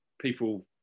people